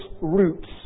roots